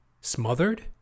smothered